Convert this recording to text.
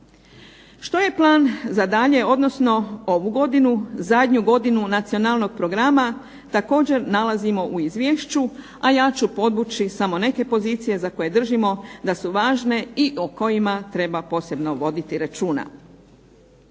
Što je plan za dalje, odnosno ovu godinu zadnju godinu nacionalnog programa, također nalazimo u izvješću. A ja ću podvući samo neke pozicije za koje držimo da su važne i o kojima treba posebno voditi računa.